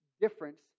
difference